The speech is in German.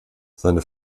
seine